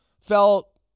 felt